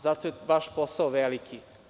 Zato je vaš posao veliki.